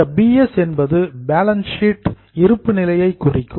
இந்த பிஎஸ் என்பது balance sheet இருப்புநிலையை குறிக்கும்